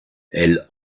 elle